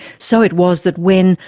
so it was that when,